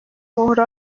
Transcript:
مهره